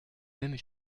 même